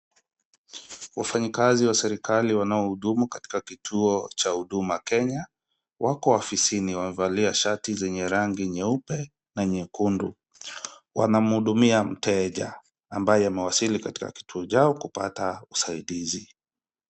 Wafanyikazi wa serikali wanaohudumu katika kituo cha Huduma Kenya wako ofisini wamevalia shati zenye rangi nyeupe na nyekundu. Wanamhudumia mteja ambaye amewasili katika kituo chao kupata usaidizi.